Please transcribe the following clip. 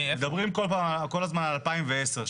מדברים כל הזמן על 2010,